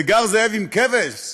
וגר זאב עם כבש,